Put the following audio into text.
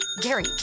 Gary